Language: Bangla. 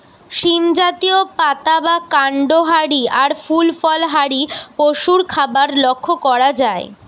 সীম জাতীয়, পাতা বা কান্ড হারি আর ফুল ফল হারি পশুর খাবার লক্ষ করা যায়